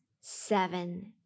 seven